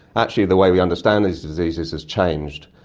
actually the way we understand these diseases has changed,